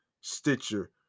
Stitcher